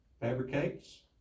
fabricates